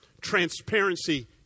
Transparency